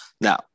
Now